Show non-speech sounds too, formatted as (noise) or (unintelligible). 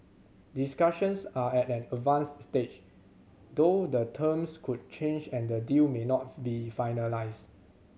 discussions are at an advanced stage though the terms could change and the deal may not (unintelligible) be finalised